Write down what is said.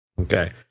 Okay